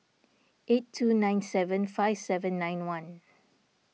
eight two nine seven five seven nine one